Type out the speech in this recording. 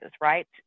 right